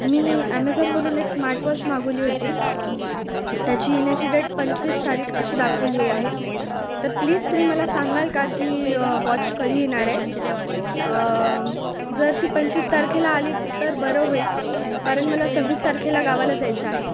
मी ॲमेझॉनवरून एक smart watch मागवली होती त्याची येण्याची डेट पंचवीस तारीख अशी दाखवली आहे तर प्लीज तुम्ही मला सांगाल का की वॉच कधी येनार आहे जर ती पंचवीस तारखेला आली तर बरं होईल कारण मला सव्वीस तारखेला गावाला जायचं आहे